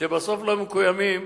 שבסוף לא מקוימים,